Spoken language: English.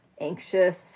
anxious